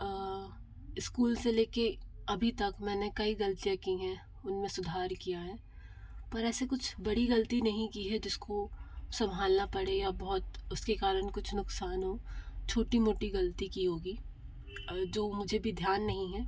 school से लेके अभी तक मैंने कई गलतियाँ की हैं उनमें सुधार किया है पर ऐसे कुछ बड़ी गलती नहीं की है जिसको संभालना पड़े या बहुत उसके कारण कुछ नुकसान हो छोटी मोटी गलती की होगी जो मुझे अभी ध्यान नहीं है